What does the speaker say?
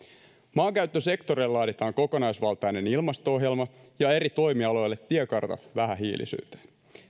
maankäyttösektorille laaditaan kokonaisvaltainen ilmasto ohjelma ja eri toimialoille tiekartat vähähiilisyyteen